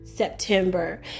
September